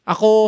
Ako